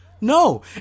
No